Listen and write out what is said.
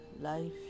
life